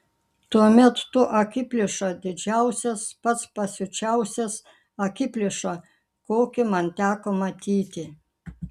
tuomet tu akiplėša didžiausias pats pasiučiausias akiplėša kokį man teko matyti